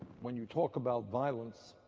when you talk about violence